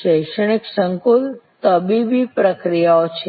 શિક્ષણ સંકુલ તબીબી પ્રક્રિયાઓ છે